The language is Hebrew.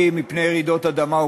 מפני רעידות אדמה שנחקק ב-2008,